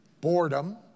Boredom